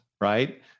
right